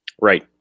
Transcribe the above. Right